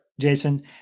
Jason